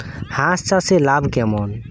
হাঁস চাষে লাভ কেমন?